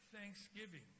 thanksgiving